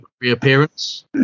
reappearance